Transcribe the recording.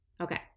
Okay